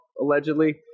allegedly